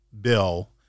bill